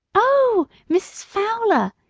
oh! mrs. fowler.